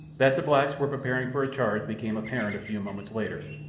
that the blacks were preparing for a charge became apparent a few moments later,